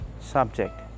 subject